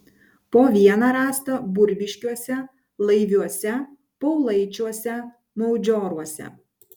po vieną rasta burbiškiuose laiviuose paulaičiuose maudžioruose